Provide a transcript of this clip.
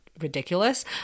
Ridiculous